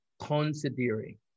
considering